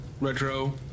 Retro